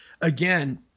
again